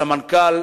סמנכ"ל